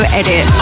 edit